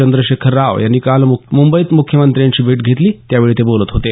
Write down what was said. चंद्रशेखर राव यांनी काल मुंबईत मुख्यमंत्र्यांची भेट घेतली त्यावेळी ते बोलत होते